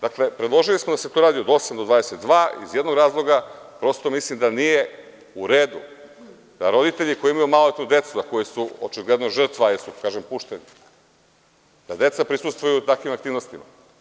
Dakle, predložili smo da se to radi od 8 do 22 časa, iz jednog razloga, jer mislim da nije u redu da roditelji koji imaju maloletnu decu, a koji su očigledno žrtva, jer su pušteni, da deca prisustvuju takvim aktivnostima.